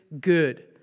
good